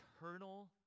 eternal